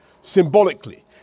symbolically